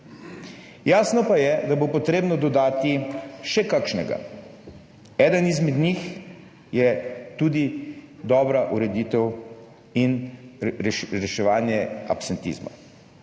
Jasno pa je, da bo potrebno dodati še kakšnega. Eden izmed njih je tudi dobra ureditev in reševanje absentizma.